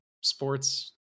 sports